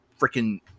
freaking